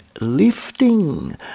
lifting